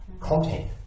content